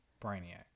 Brainiac